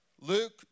Luke